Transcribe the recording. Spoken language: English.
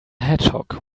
hedgehog